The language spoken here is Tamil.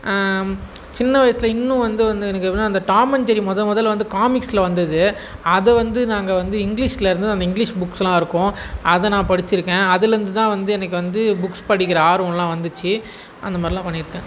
சின்ன வயசில் இன்னும் வந்து வந்து எனக்கு எப்படின்னா அந்த டாமஞ்சேரி மொதல் மொதலில் வந்து காமிக்ஸில் வந்தது அதை வந்து நாங்கள் வந்து இங்க்லீஷில் இருந்தது அந்த இங்க்லீஷ் புக்ஸெல்லாம் இருக்கும் அதை நான் படிச்சுருக்கேன் அதிலிருந்து தான் வந்து எனக்கு வந்து புக்ஸ் படிக்கிற ஆர்வமெல்லாம் வந்துச்சு அந்த மாதிரிலாம் பண்ணியிருக்கேன்